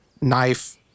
knife